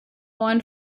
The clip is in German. neuen